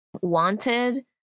wanted